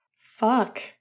Fuck